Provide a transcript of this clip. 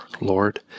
Lord